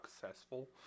successful